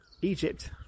egypt